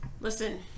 Listen